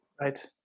Right